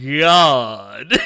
god